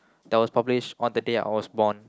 that was published on the day I was born